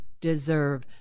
Deserve